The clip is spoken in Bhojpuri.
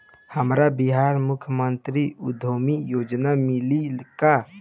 हमरा बिहार मुख्यमंत्री उद्यमी योजना मिली का?